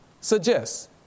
suggests